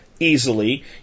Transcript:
Easily